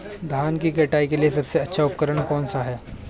धान की कटाई के लिए सबसे अच्छा उपकरण कौन सा है?